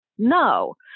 No